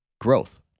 growth